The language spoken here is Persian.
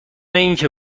انکه